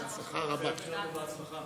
שיהיה בהצלחה.